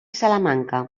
salamanca